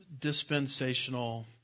dispensational